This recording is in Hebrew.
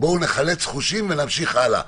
בואו נחלץ חושים ונמשיך הלאה.